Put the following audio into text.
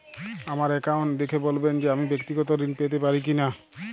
আমার অ্যাকাউন্ট দেখে বলবেন যে আমি ব্যাক্তিগত ঋণ পেতে পারি কি না?